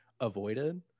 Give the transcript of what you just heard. avoided